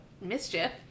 mischief